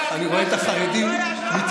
אני רואה את החרדים מתכווצים.